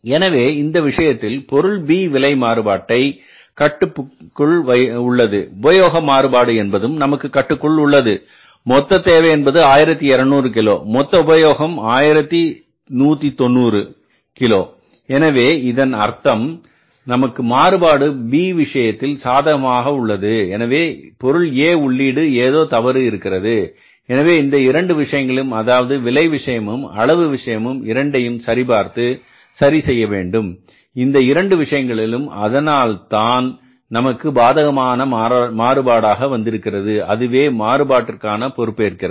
எனவே இந்த விஷயத்தில் பொருள் B விலை மாறுபாடு கட்டுப்பாட்டுக்குள் உள்ளது உபயோகம் மாறுபாடு என்பதும் நமக்கு கட்டுப்பாட்டுக்குள் உள்ளது மொத்த தேவை என்பது 1200 கிலோ மொத்த உபயோகம் உண்மையில் 1900 கிலோ எனவே இதன் அர்த்தம் நமக்கு மாறுபாடு பொருள் B விஷயத்தில் சாதகமாக உள்ளது எனவே பொருள் A உள்ளீடு ஏதோ தவறு இருக்கிறது எனவே இந்த இரண்டு விஷயங்களையும் அதாவது விலை விஷயமும் அளவு விஷயமும் இரண்டையும் சரிபார்த்து சரி செய்ய வேண்டும் இந்த இரண்டு விஷயங்களிலும் அதனால்தான் நமக்கு பாதகமான மாறுபாடாக வந்திருக்கிறது அதுவே மாறு பாட்டிற்கான பொறுப்பேற்கிறது